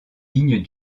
lignes